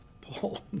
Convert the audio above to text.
Paul